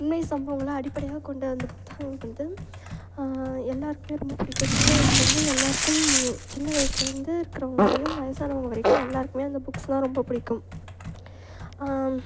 உண்மை சம்பவங்களை அடிப்படையாக கொண்ட அந்த புத்தகம் வந்து எல்லோருக்குமே ரொம்ப பிடிக்கும் சின்ன வயதுலேந்தே எல்லாருக்கும் சின்ன வயதுலேருந்து இருக்குறவங்கள் வரையும் வயசானவங்கள் வரைக்கும் எல்லோருக்குமே அந்த புக்ஸை தான் ரொம்ப பிடிக்கும்